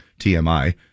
TMI